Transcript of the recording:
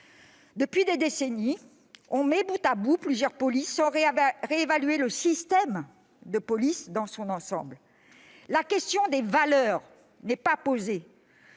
Depuis des décennies, on met bout à bout « plusieurs polices » sans réévaluer le système dans son ensemble. La question des valeurs n'est pas